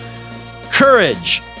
courage